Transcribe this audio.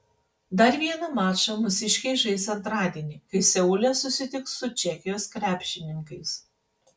dar vieną mačą mūsiškiai žais antradienį kai seule susitiks su čekijos krepšininkais